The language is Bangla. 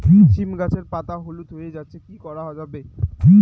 সীম গাছের পাতা হলুদ হয়ে যাচ্ছে কি করা যাবে?